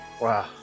Wow